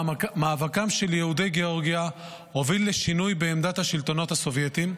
מאבקם של יהודי גאורגיה הוביל לשינוי בעמדת השלטונות הסובייטים,